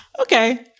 okay